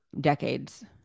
decades